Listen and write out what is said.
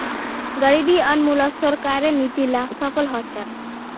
गरीबी उन्मूलनत सरकारेर नीती ला सफल ह छेक